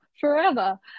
forever